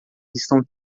estão